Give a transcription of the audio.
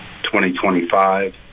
2025